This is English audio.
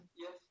Yes